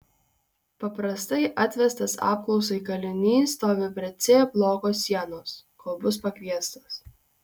paprastai atvestas apklausai kalinys stovi prie c bloko sienos kol bus pakviestas